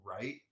right